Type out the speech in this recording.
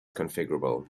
configurable